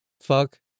fuck